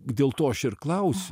dėl to aš ir klausiu